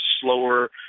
slower